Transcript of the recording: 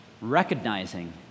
recognizing